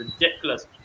ridiculous